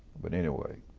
but anyway,